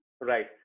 Right